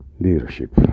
leadership